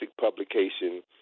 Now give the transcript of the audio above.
publication